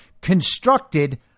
constructed